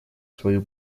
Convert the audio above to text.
свою